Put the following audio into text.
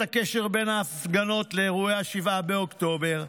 הקשר בין ההפגנות לאירועי 7 באוקטובר".